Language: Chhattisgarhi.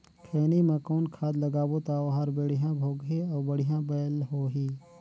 खैनी मा कौन खाद लगाबो ता ओहार बेडिया भोगही अउ बढ़िया बैल होही?